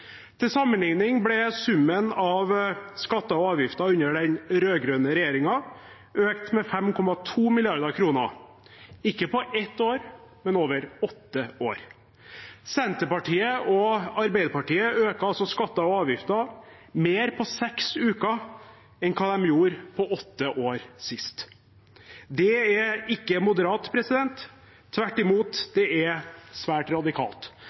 Til sammenligning ble summen av skatter og avgifter under den rød-grønne regjeringen økt med 5,2 mrd. kr – ikke på ett år, men over åtte år. Senterpartiet og Arbeiderpartiet øker altså skatter og avgifter mer på seks uker enn de gjorde på åtte år sist. Det er ikke moderat. Tvert imot er det svært radikalt,